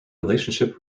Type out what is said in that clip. relationship